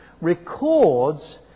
records